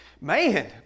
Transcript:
man